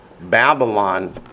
Babylon